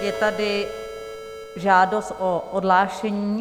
Je tady žádost o odhlášení.